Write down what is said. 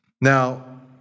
Now